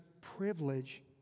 privilege